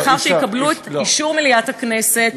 לאחר שיקבלו את אישור מליאת הכנסת,